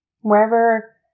wherever